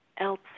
else